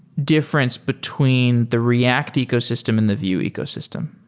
difference between the react ecosystem and the vue ecosystem?